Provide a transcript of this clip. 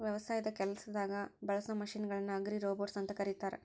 ವ್ಯವಸಾಯದ ಕೆಲಸದಾಗ ಬಳಸೋ ಮಷೇನ್ ಗಳನ್ನ ಅಗ್ರಿರೋಬೊಟ್ಸ್ ಅಂತ ಕರೇತಾರ